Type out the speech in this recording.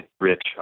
rich